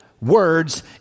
words